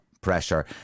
pressure